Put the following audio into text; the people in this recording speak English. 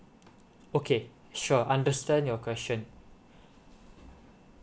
okay sure understand your question